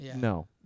no